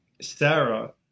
sarah